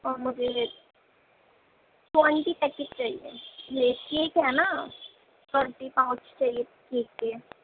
اور مجھے ٹوئنٹی تک کے چاہیے یہ کیک ہے نا ٹوئنٹی پاؤچ چاہیے ٹھیک ہے